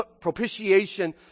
propitiation